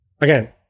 Again